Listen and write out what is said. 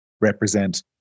represent